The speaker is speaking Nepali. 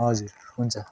हजुर हुन्छ